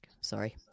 Sorry